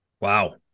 Wow